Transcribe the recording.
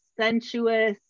sensuous